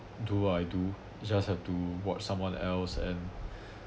do I do just have to watch someone else and